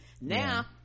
Now